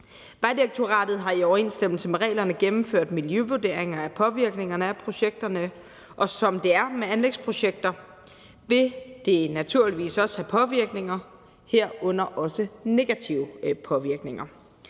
Vejdirektoratet har i overensstemmelse med reglerne gennemført miljøvurderinger af påvirkningerne af projekterne, og som det er med anlægsprojekter, vil det naturligvis også have påvirkninger, herunder også negative påvirkninger.